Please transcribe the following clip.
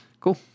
Cool